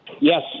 Yes